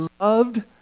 loved